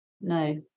no